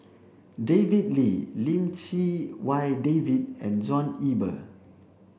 David Lee Lim Chee Wai David and John Eber